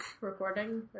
recording